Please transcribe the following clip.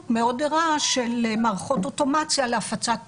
מאוד ערה של מערכות אוטומציה להפצת תוכן,